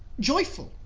joyful,